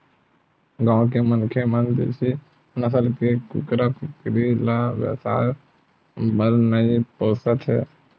गाँव के मनखे मन देसी नसल के कुकरा कुकरी ल बेवसाय बर नइ पोसत हे